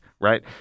right